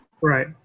right